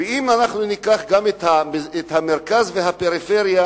אם אנחנו ניקח גם את המרכז והפריפריה,